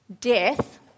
death